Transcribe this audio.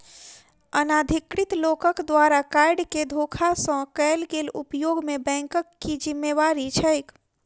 अनाधिकृत लोकक द्वारा कार्ड केँ धोखा सँ कैल गेल उपयोग मे बैंकक की जिम्मेवारी छैक?